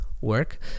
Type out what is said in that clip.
work